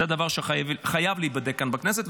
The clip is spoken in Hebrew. זה דבר שחייב להיבדק כאן בכנסת,